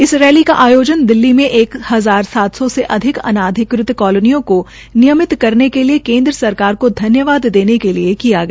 इस रैली का आयोजन दिल्ली में एक हजार सात सौ से अधिक अनाधिकृत कालोनियों को नियमित करने के लिए केन्द्र सरकार को धन्यवाद देने के लिए किया गया